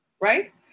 Right